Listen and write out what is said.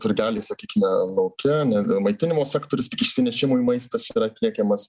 turgeliai sakykime lauke ne maitinimo sektorius išsinešimui maistas yra tiekiamas